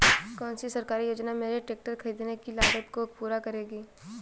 कौन सी सरकारी योजना मेरे ट्रैक्टर ख़रीदने की लागत को पूरा करेगी?